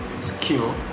skill